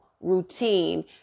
routine